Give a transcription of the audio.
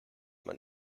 man